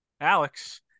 alex